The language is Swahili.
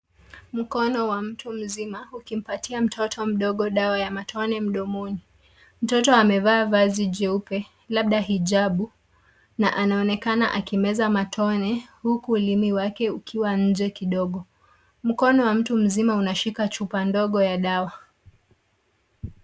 Mkono wa mtu mzima ukimpatia mtoto mdogo dawa ya matone mdomoni. Mtoto amevaa vazi jeupe labda hijabu na anaonekana akimeza matone huku ulimi wake ukiwa nje kidogo. Mkono wa mtu mzima unashika chupa ndogo ya dawa.